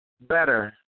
better